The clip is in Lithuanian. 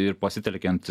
ir pasitelkiant